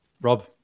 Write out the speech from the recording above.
Rob